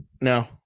No